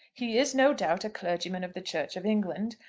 he is no doubt a clergyman of the church of england,